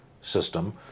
system